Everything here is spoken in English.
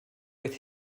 with